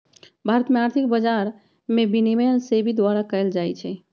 भारत में आर्थिक बजार के विनियमन सेबी द्वारा कएल जाइ छइ